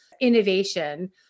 innovation